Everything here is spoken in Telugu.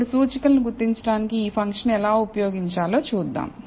ఇప్పుడు సూచికలను గుర్తించడానికి ఈ ఫంక్షన్ ఎలా ఉపయోగించాలో చూద్దాం